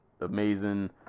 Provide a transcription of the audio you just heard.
amazing